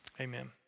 Amen